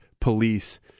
police